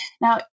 Now